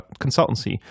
consultancy